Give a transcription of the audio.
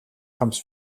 comes